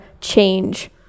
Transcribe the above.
change